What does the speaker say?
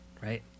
right